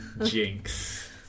jinx